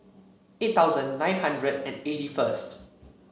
eight thousand nine hundred and eighty first